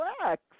relax